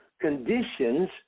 conditions